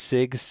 Sig